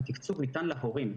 התקצוב ניתן להורים.